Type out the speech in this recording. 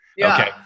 Okay